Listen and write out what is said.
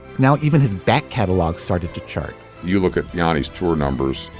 now even his back catalogue started to chart you look at yeah ah at his tour numbers.